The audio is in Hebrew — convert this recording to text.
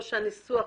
או שניסוח